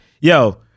Yo